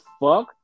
fuck